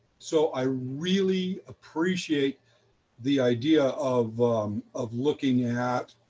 so i really appreciate the idea of of looking at